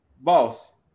Boss